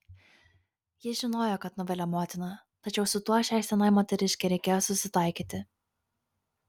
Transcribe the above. ji žinojo kad nuvilia motiną tačiau su tuo šiai senai moteriškei reikėjo susitaikyti